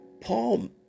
Paul